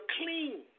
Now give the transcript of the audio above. clean